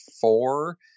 four